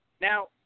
Now